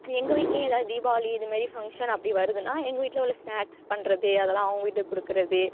எங்கள் வீட்டிலையும் ஏதாவது தீபாவளி இதுமாரி ஃபங்க்ஷன் அப்படி வருதுன்னா எங்கள் வீட்டில உள்ள ஸ்நாக்ஸ் பண்ணுறது அதெல்லாம் அவங்க வீட்டுக்கு கொடுக்குறது